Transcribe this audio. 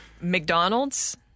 McDonald's